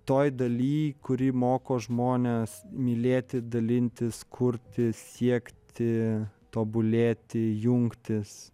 toj daly kuri moko žmones mylėti dalintis kurti siekti tobulėti jungtis